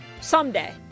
Someday